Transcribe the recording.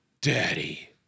Daddy